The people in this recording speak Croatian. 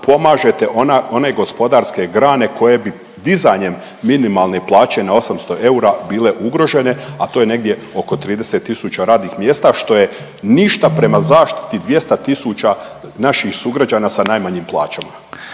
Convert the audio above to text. pomažete one gospodarske grane koje bi dizanjem minimalne plaće na 800 eura bile ugrožene, a to je negdje oko 30 tisuća radnih mjesta što je ništa prema zaštiti 200 tisuća naših sugrađana sa najmanjim plaćama.